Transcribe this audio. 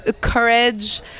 courage